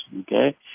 okay